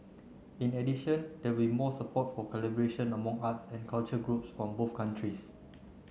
in addition there will be more support for collaboration among arts and culture groups from both countries